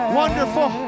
wonderful